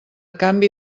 canvi